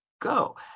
go